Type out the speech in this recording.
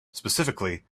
specifically